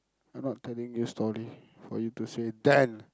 I'm not telling you story for you to say then